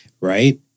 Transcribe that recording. Right